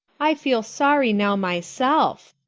i feel sorry now myself,